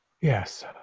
yes